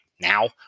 now